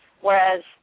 whereas